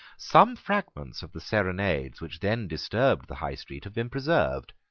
some fragments of the serenades which then disturbed the high street have been preserved.